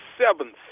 seventh